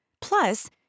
Plus